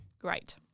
Great